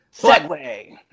Segway